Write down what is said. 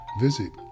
visit